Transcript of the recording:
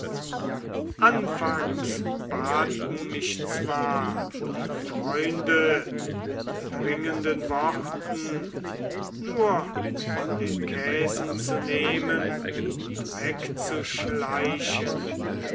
anfangs baten mich zwar die freunde mit dringenden worten nur von den käsen zu nehmen und wegzuschleichen